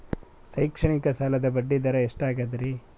ಶೈಕ್ಷಣಿಕ ಸಾಲದ ಬಡ್ಡಿ ದರ ಎಷ್ಟು ಅದರಿ?